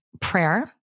prayer